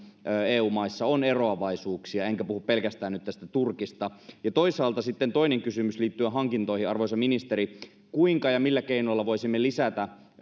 eu maissa on eroavaisuuksia enkä puhu pelkästään nyt tästä turkista ja toisaalta sitten toinen kysymys liittyen hankintoihin arvoisa ministeri kuinka ja millä keinoilla voisimme lisätä